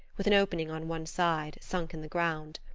with an opening on one side, sunk in the ground.